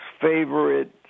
favorite